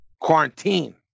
quarantine